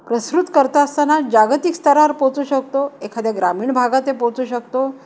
प्रस्तुत करत असताना जागतिक स्तरावर पोचू शकतो एखाद्या ग्रामीण भागात पोचू शकतो